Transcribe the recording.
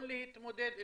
לא להתמודד איתה,